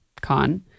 con